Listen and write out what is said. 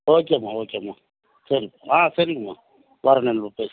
ஓகேம்மா ஓகேம்மா சரி ஆ சரிங்க மா வரேன் நான் நம்ம பேசிக்கலாம்